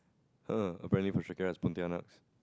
[huh] apparently is Pontianaks